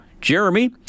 Jeremy